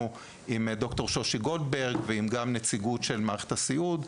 עם ד"ר שושי גולדברג ועם הנציגות של מערכת הסיעוד.